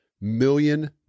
million